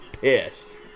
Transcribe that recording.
pissed